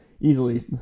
easily